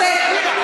תודה.